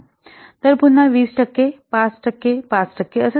तर पुन्हा 20 टक्के 5 टक्के 5 टक्के